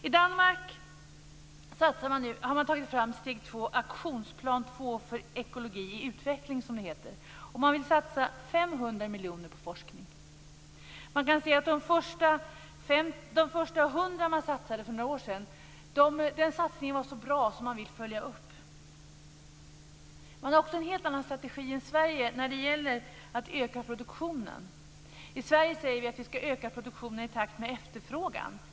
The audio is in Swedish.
I Danmark har man tagit fram steg 2, Aktionsplan 2 för ekologi i utveckling, och man vill satsa som man satsade för några år sedan var så bra att man vill följa upp det. Man har också en helt annan strategi än Sverige när det gäller att öka produktionen. I Sverige säger vi att vi ska öka produktionen i takt med efterfrågan.